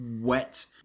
wet